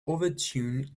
overturned